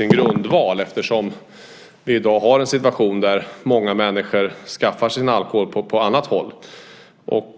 Vi har ju i dag situationen att många människor skaffar sin alkohol på annat håll.